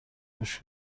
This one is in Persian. گوش